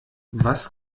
was